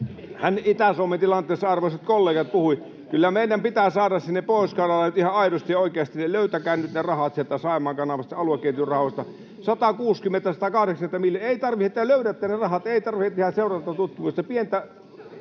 Itä-Suomen tilanteesta, arvoisat kollegat. Kyllä meidän pitää saada sinne Pohjois-Karjalalle nyt ihan aidosti ja oikeasti ne rahat. Löytäkää nyt ne sieltä Saimaan kanavasta, aluekehitysrahoista, 160—180 milliä. Te löydätte ne rahat, ei tarvitse tehdä seurantatutkimusta. Pientä